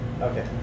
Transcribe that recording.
Okay